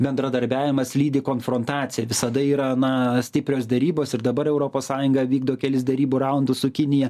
bendradarbiavimas lydi konfrontacija visada yra na stiprios derybos ir dabar europos sąjunga vykdo kelis derybų raundus su kinija